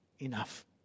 enough